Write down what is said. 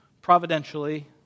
providentially